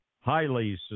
highly